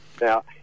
Now